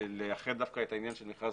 לייחד דווקא את העניין של מכרז